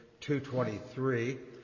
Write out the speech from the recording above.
223